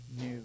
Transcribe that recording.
new